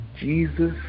Jesus